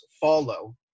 follow